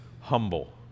humble